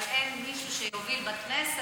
אבל בלי מישהו שיוביל את זה בכנסת,